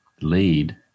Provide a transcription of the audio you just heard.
lead